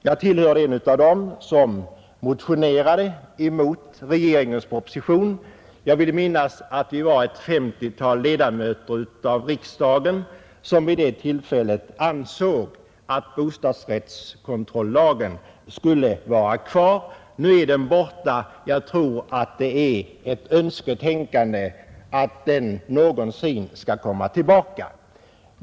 Jag tillhörde dem som motionerade mot regeringens proposition, Jag vill minnas att vi var ett 50-tal riksdagsledamöter som vid det tillfället ansåg att bostadsrättskontrollagen skulle vara kvar. Nu är den borta. Det är ett önsketänkande att tro att den någonsin kan komma tillbaka.